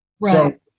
Right